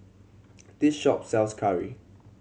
this shop sells curry